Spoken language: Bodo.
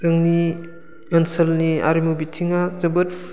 जोंनि ओनसोलनि आरिमु बिथिङा जोबोद